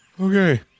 Okay